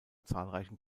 zahlreichen